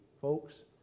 folks